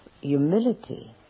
humility